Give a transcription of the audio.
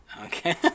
Okay